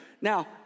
Now